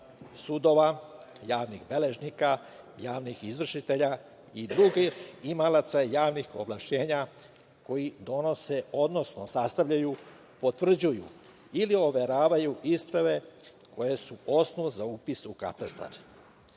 sudova, javnih beležnika, javnih izvršitelja i drugih imalaca javnih ovlašćenja koji donose, odnosno sastavljaju, potvrđuju ili overavaju isprave koje su osnov za upis u katastar. Trenutno